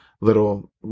little